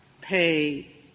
pay